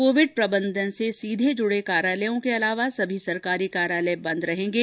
Covid प्रबंधन से सीधे जुड़े कार्यालयों के अलावा सभी सरकारी कार्यालय बंद रहेंगे